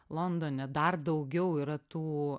londone dar daugiau yra tų